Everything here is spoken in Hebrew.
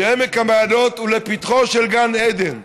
שעמק המעיינות הוא לפתחו של גן עדן.